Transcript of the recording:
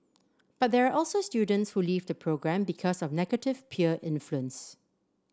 but there are also students who leave the programme because of negative peer influence